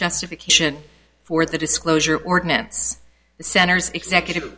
justification for the disclosure ordinance center's executive